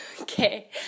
Okay